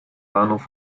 bahnhof